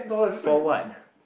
for what